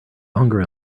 longer